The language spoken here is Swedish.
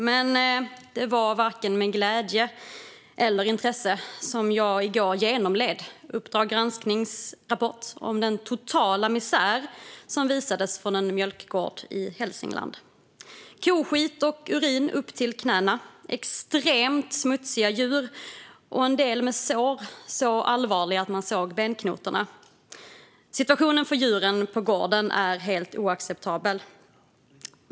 Men i går var det varken med glädje eller intresse som jag genomled Uppdrag granskning s rapport om den totala misär som visades från en mjölkgård i Hälsingland: koskit och urin upp till knäna och extremt smutsiga djur, en del med sår så allvarliga att man såg benknotorna. Situationen för djuren på gården är helt oacceptabel.